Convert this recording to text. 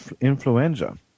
influenza